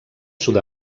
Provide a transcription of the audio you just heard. sud